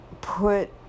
put